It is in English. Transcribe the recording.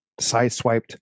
sideswiped